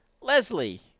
Leslie